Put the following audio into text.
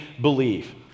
believe